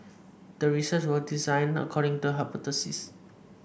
the research was designed according to the hypothesis